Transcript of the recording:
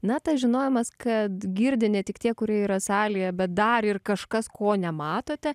na tas žinojimas kad girdi ne tik tie kurie yra salėje bet dar ir kažkas ko nematote